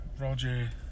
Roger